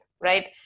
right